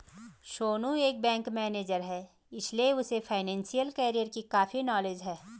सोनू एक bank manager है इसीलिए उसे फाइनेंशियल कैरियर की काफी नॉलेज है